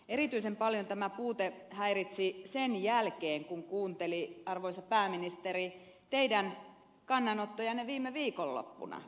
erityisen paljon tämä puute häiritsi sen jälkeen kun kuunteli arvoisa pääministeri teidän kannanottojanne viime viikonloppuna